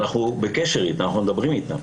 אנחנו בקשר איתם, אנחנו מדברים איתם,